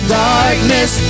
darkness